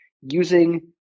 using